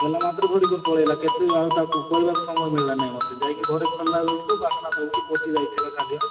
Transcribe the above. ଦେଲା ମାତ୍ରେ ଧରିକରି ପଳେଇଲା କେତେ ଆଉ ତାକୁ କହିବାକୁ ସମୟ ମିଳିଲା ନାହିଁ ମତେ ଯାଇକି ଘରେ ଖୋଲିଲା ବେଳକୁ ବାସ୍ନା ଦଉଚି ପଚିଯାଇଥିଲା ଖାଦ୍ୟ